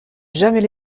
jamais